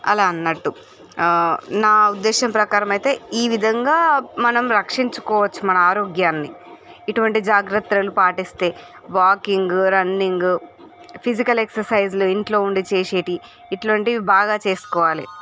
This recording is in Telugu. అలా అన్నట్టు నా ఉద్దేశం ప్రకారం అయితే ఈ విధంగా మనం రక్షించుకోవచ్చు మన ఆరోగ్యాన్ని ఇటువంటి జాగ్రతలు పాటిస్తే వాకింగ్ రన్నింగ్ ఫిజికల్ ఎక్ససైజ్లు ఇంట్లో ఉండి చేసేటివి ఇట్లాంటివి బాగా చేసుకోవాలి